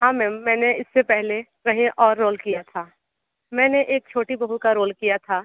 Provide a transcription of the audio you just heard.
हाँ मैम मैंने इससे पहले कहीं और रोल किया था मैंने एक छोटी बहु का रोल किया था